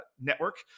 network